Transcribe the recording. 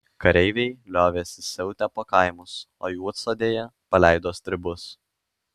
kareiviai liovėsi siautę po kaimus o juodsodėje paleido stribus